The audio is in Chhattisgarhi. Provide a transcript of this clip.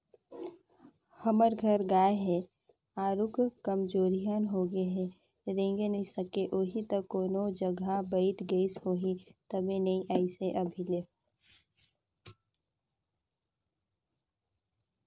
हमर घर गाय ह आरुग कमजोरहिन होगें हे रेंगे नइ सकिस होहि त कोनो जघा बइठ गईस होही तबे नइ अइसे हे अभी ले